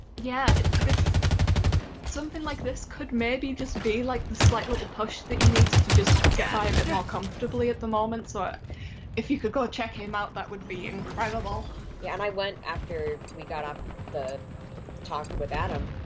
yeah something like this could maybe just be like the slight little push that he needs to just get by a bit more comfortably at the moment. so if you could go check him out, that would be incredible! yeah and i went, after we got ah the talk with adam,